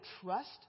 trust